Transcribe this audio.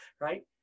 Right